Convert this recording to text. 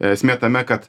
esmė tame kad